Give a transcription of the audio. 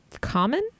common